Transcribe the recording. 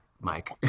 Mike